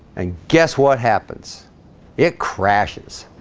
and guess what happens it crashes?